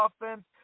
offense